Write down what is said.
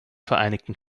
vereinigten